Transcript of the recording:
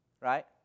right